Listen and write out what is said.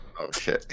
okay